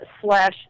slash